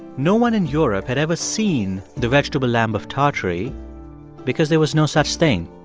no one in europe had ever seen the vegetable lamb of tartary because there was no such thing.